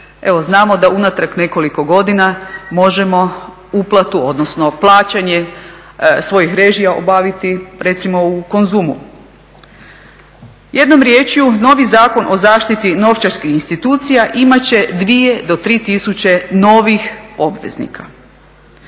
Evo znamo da unatrag nekoliko godina možemo uplatu, odnosno plaćanje svojih režija obaviti recimo u Konzumu. Jednom riječju novi Zakon o zaštiti novčarskih institucija imat će dvije do tri tisuće novih obveznika.